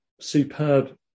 superb